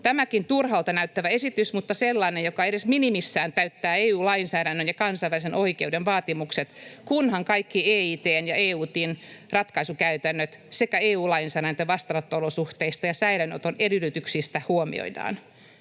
tämäkin turhalta näyttävä esitys mutta sellainen, joka edes minimissään täyttää EU-lainsäädännön ja kansainvälisen oikeuden vaatimukset, kunhan kaikki EIT:n ja EUT:n ratkaisukäytännöt sekä EU-lainsäädäntö vastaanotto-olosuhteista ja säilöönoton edellytyksistä huomioidaan.